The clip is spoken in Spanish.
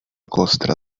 costra